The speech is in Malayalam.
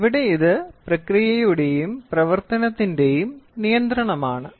അതിനാൽ ഇവിടെ ഇത് പ്രക്രിയയുടെയും പ്രവർത്തനത്തിന്റെയും നിയന്ത്രണമാണ്